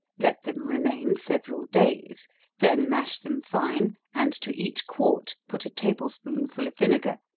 let them remain several days then mash them fine, and to each quart put a table spoonful of vinegar,